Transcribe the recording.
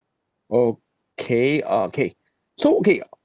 okay uh K so okay uh